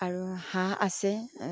আৰু হাঁহ আছে